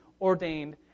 ordained